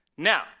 Now